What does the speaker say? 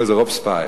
רובספייר,